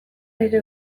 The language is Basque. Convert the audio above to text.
nire